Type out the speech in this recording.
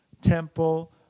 temple